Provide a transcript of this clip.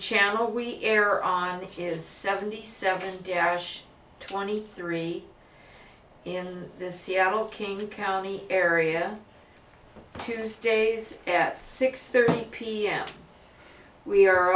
channel we enter on to his seventy seven twenty three in the seattle king county area tuesdays at six thirty pm we are